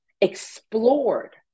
explored